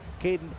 Caden